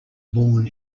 born